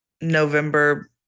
November